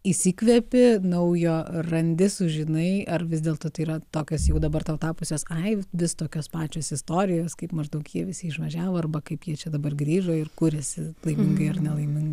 įsikvepi naujo randi sužinai ar vis dėlto tai yra tokios jau dabar tau tapusios ai vis tokios pačios istorijos kaip maždaug jie visi išvažiavo arba kaip jie čia dabar grįžo ir kuriasi laimingai ar nelaimingai